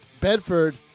Bedford